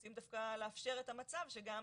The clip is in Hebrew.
אנחנו רוצים דווקא לאפשר את המצב שגם